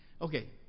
Okay